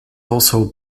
also